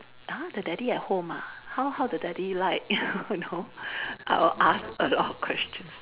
!huh! the daddy at home ah how how the daddy like you know I'll ask a lot of questions